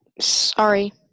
Sorry